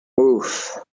Oof